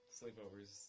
sleepovers